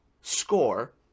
score